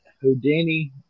Houdini